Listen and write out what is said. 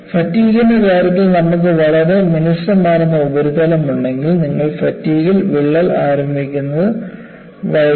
ഫാറ്റിഗ്ന്റെ കാര്യത്തിൽ നമുക്ക് വളരെ മിനുസമാർന്ന ഉപരിതലമുണ്ടെങ്കിൽ നിങ്ങൾ ഫാറ്റിഗിൽ വിള്ളൽ ആരംഭിക്കുന്നത് വൈകും